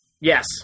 Yes